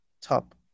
top